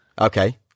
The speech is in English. Okay